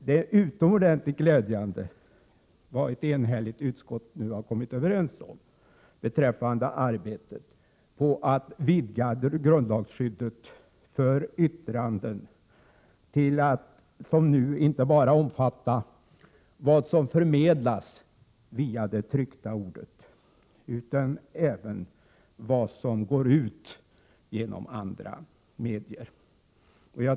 Det är utomordentligt glädjande att utskottet nu har kommit överens om arbetet på att vidga grundlagsskyddet för yttranden till att inte bara omfatta vad som förmedlas via det tryckta ordet, utan även till vad som går ut genom andra medier.